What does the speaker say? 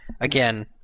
again